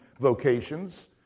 vocations